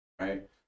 right